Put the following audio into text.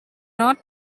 not